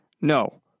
No